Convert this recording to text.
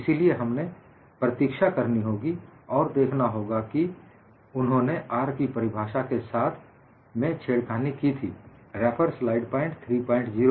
इसीलिए हमें प्रतीक्षा करनी होगी और देखना होगा और उन्होंने R की परिभाषा के साथ में छेड़खानी की थी